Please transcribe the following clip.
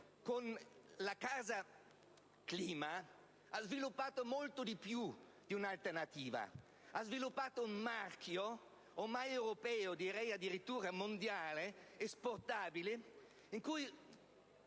la casa clima ha sviluppato molto di più di un'alternativa: ha sviluppato un marchio ormai europeo, addirittura mondiale, esportabile.